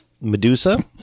Medusa